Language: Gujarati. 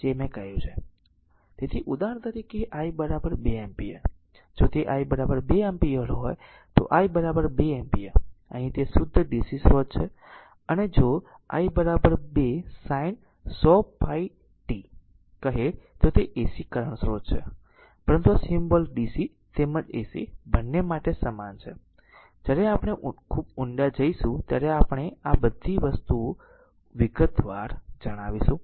તેથી ઉદાહરણ તરીકે i 2 ampere જો તે i 2 ampere હોય તો i 2 ampere અહીં તે શુદ્ધ dc સ્રોત છે અને જો i 2 sin 100 pi pi t કહે તો તે AC કરંટ સ્રોત છે પરંતુ આ સિમ્બોલ DC તેમજ AC બંને માટે સમાન છે જ્યારે આપણે ખૂબ ઊંડા જઈશું ત્યારે આપણે આ બધી વસ્તુઓ વિગતવાર જણાવીશું